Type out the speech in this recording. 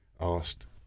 asked